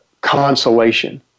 consolation